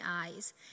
eyes